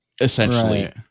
essentially